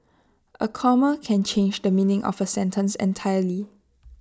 A comma can change the meaning of A sentence entirely